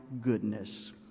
goodness